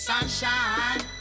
Sunshine